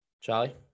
Charlie